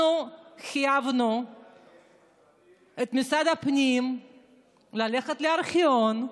אנחנו חייבנו את משרד הפנים ללכת לארכיון,